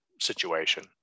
situation